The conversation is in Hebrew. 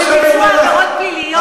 לביצוע עבירות פליליות?